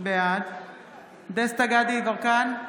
בעד דסטה גדי יברקן,